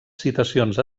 citacions